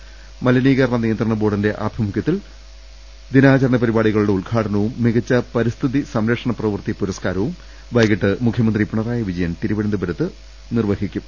സംസ്ഥാന മലിനീകരണ നിയ ന്ത്രണബോർഡിന്റെ ആഭിമുഖ്യത്തിൽ സംഘടിപ്പിക്കുന്ന ദിനാചരണ പരിപാടികളുടെ ഉദ്ഘാടനവും മികച്ച പരി സ്ഥിതി സംരക്ഷണ പ്രവൃത്തി പുരസ്കാരവും വൈകിട്ട് മുഖ്യമന്ത്രി പിണറായി വിജയൻ തിരുവനന്തപുരത്ത് നിർവ്വ ഹിക്കും